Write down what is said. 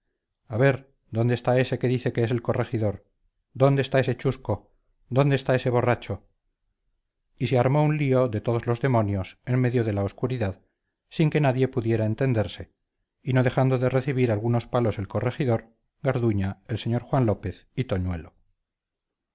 a ver dónde está ese que dice que es el corregidor dónde está ese chusco dónde está ese borracho y se armó un lío de todos los demonios en medio de la oscuridad sin que nadie pudiera entenderse y no dejando de recibir algunos palos el corregidor garduña el señor juan lópez y toñuelo